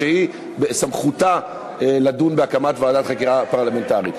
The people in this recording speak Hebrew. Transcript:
שבסמכותה לדון בהקמת ועדת חקירה פרלמנטרית.